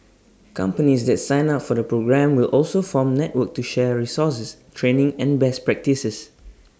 companies that sign up for the programme will also form network to share resources training and best practices